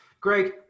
Greg